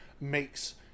makes